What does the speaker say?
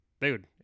dude